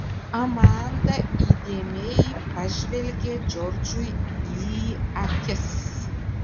amanda įdėmiai pažvelgė džordžui į akis